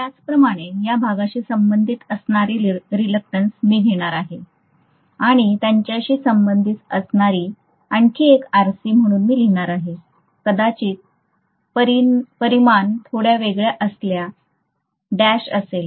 त्याचप्रमाणे या भागाशी संबंधित असणारे रिलक्टंस मी घेणार आहे आणि त्याच्याशी संबंधित असणारी आणखी एक Rc म्हणून लिहिणार आहे कदाचित परिमाण थोड्या वेगळ्या असल्यास डॅश असेल